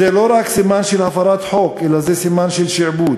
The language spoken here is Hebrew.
זה לא רק סימן של הפרת חוק, אלא זה סימן של שעבוד,